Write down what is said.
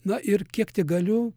na ir kiek tik galiu